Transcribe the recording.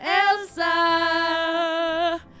elsa